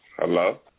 Hello